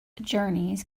journeys